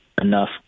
enough